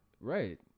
Right